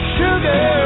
sugar